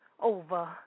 over